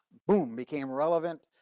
boom, became relevant,